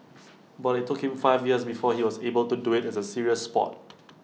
but IT took him five years before he was able to do IT as A serious Sport